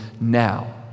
now